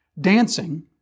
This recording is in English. Dancing